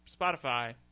Spotify